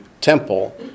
temple